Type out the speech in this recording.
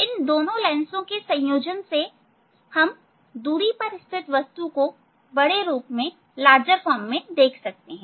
इन दोनों लेंसों के संयोजन से हम दूरी पर स्थित वस्तु को बड़े रूप में देख सकते हैं